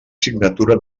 signatura